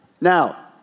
Now